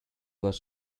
was